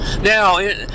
Now